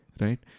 Right